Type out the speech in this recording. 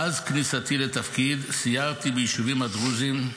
מאז כניסתי לתפקיד סיירתי ביישובים הדרוזיים,